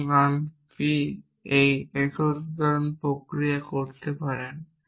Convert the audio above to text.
এবং আপনি এই একীকরণ প্রক্রিয়াটি করতে পারেন